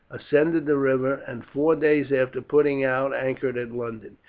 ascended the river, and four days after putting out anchored at london.